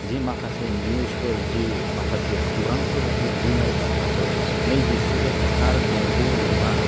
जि माखासे निउसफोर जि माखासे खौरांफोर जि बुंनाय बाथ्राफोर नै बेसोर थार नंगौ नङा